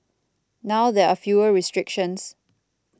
now there are fewer restrictions